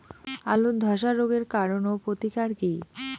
আলুর ধসা রোগের কারণ ও প্রতিকার কি?